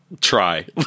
Try